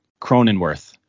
Cronenworth